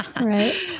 right